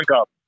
up